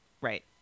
Right